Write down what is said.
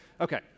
Okay